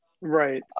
right